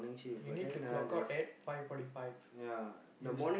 you need to clock out at five forty five you~